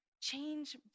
Change